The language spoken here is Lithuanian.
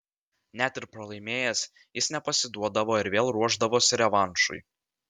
net ir pralaimėjęs jis nepasiduodavo ir vėl ruošdavosi revanšui